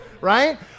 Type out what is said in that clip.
right